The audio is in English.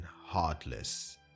heartless